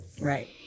Right